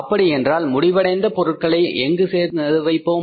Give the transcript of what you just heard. அப்படியென்றால் முடிவடைந்த பொருட்களை எங்கு சேர்த்துவைப்போம்